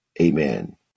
Amen